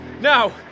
Now